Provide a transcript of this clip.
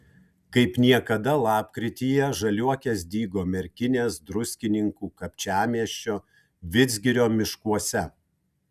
kaip niekada lapkrityje žaliuokės dygo merkinės druskininkų kapčiamiesčio vidzgirio miškuose